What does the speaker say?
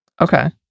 Okay